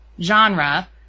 genre